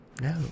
no